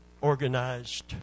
organized